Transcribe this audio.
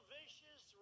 vicious